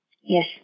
Yes